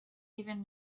even